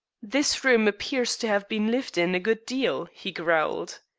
this room appears to have been lived in a good deal, he growled.